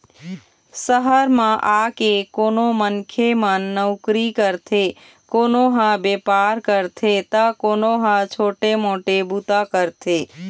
सहर म आके कोनो मनखे मन नउकरी करथे, कोनो ह बेपार करथे त कोनो ह छोटे मोटे बूता करथे